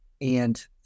and-